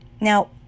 Now